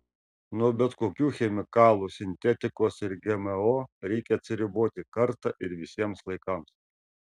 nuo bet kokių chemikalų sintetikos ir gmo reikia atsiriboti kartą ir visiems laikams